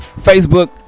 Facebook